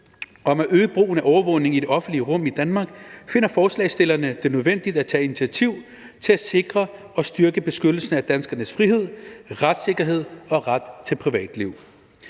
om at øge brugen af overvågning i det offentlige rum i Danmark finder forslagsstillerne det nødvendigt at tage initiativ til at sikre og styrke beskyttelsen af danskernes frihed, retssikkerhed og ret til privatliv.